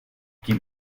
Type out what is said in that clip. die